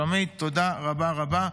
שלומית, תודה רבה רבה.